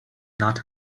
not